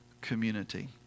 community